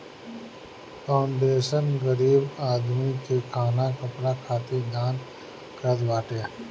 foundation गरीब आदमीन के खाना कपड़ा खातिर दान करत बाटे